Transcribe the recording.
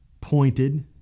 pointed